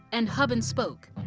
and hub and spoke.